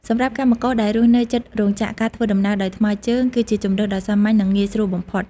សម្រាប់កម្មករដែលរស់នៅជិតរោងចក្រ ការធ្វើដំណើរដោយថ្មើរជើងគឺជាជម្រើសដ៏សាមញ្ញនិងងាយស្រួលបំផុត។